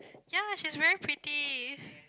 ya she's very pretty